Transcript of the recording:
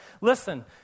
Listen